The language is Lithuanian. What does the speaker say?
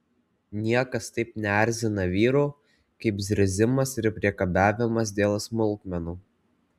niekas taip neerzina vyrų kaip zirzimas ir priekabiavimas dėl smulkmenų